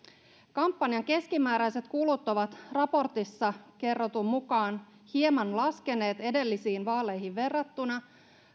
kampanjan keskimääräiset kulut ovat raportissa kerrotun mukaan hieman laskeneet edellisiin vaaleihin verrattuna